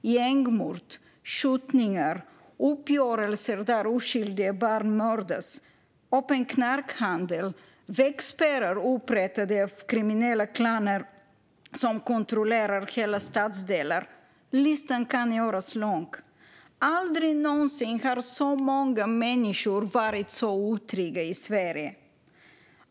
Det är gängmord, skjutningar, uppgörelser där oskyldiga barn mördas, öppen knarkhandel och vägspärrar som upprättas av kriminella klaner som kontrollerar hela stadsdelar. Listan kan göras lång. Aldrig någonsin har så många människor varit så otrygga i Sverige.